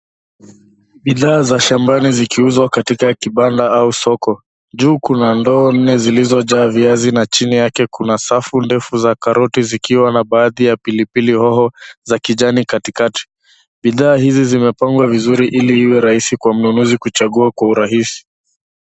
Bidhaa za shambani zikiuzwa katika kibanda au soko. Juu kuna ndoo nne zilizojaa viazi na chini yake kuna safu ndefu za karoti zikiwa na baadhi ya pilipili hoho za kijani katikati. Bidhaa hizi zimepangwa vizuri ili iwe rahisi kwa mnunuzi kuchagua kwa urahisi.